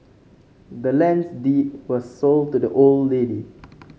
the land's deed was sold to the old lady